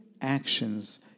actions